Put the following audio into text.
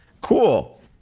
Cool